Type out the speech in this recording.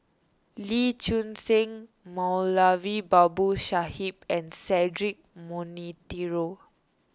Lee Choon Seng Moulavi Babu Sahib and Cedric Monteiro